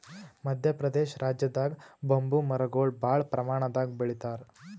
ಮದ್ಯ ಪ್ರದೇಶ್ ರಾಜ್ಯದಾಗ್ ಬಂಬೂ ಮರಗೊಳ್ ಭಾಳ್ ಪ್ರಮಾಣದಾಗ್ ಬೆಳಿತಾರ್